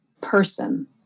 person